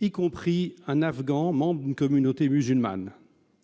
y compris un Afghan membre d'une communauté musulmane.